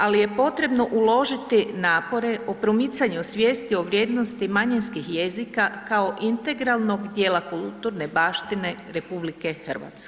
Al je potrebno uložiti napore o promicanju svijesti o vrijednosti manjinskih jezika kao integralnog dijela kulturne baštine RH.